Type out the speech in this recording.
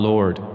Lord